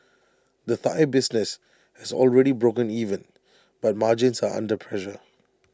the Thai business has already broken even but margins are under pressure